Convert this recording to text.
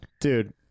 dude